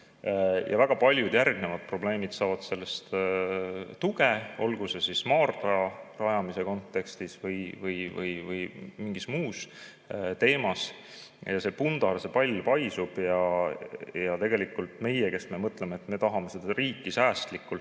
ja väga paljud järgnevad probleemid saavad sellest tuge, olgu siis maardla rajamise kontekstis või mingis muus teemas. See pundar, see pall paisub ja tegelikult meie, kes me mõtleme, et me tahame seda riiki säästlikult,